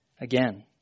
again